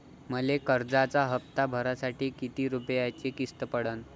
मले कर्जाचा हप्ता भरासाठी किती रूपयाची किस्त पडन?